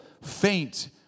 faint